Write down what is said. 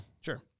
Sure